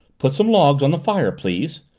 put some logs on the fire, please,